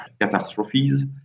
catastrophes